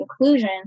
inclusion